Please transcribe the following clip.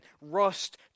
rust